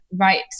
right